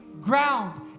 ground